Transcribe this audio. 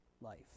life